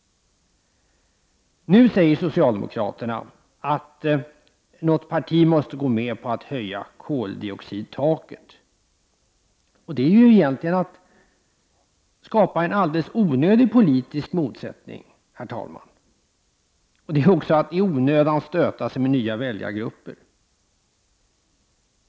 Nu säger socialdemokraterna att något parti måste gå med på att höja koldioxidtaket. Det är ju egentligen att skapa en alldeles onödig politisk motsättning, herr talman. Det är också att i onödan stöta sig med nya väljargrupper.